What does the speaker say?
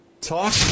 Talk